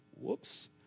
whoops